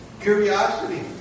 curiosity